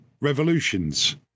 revolutions